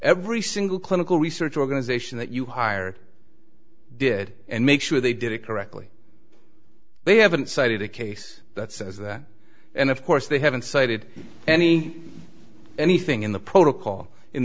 every single clinical research organization that you hired did and make sure they did it correctly they haven't cited a case that says that and of course they haven't cited any anything in the protocol in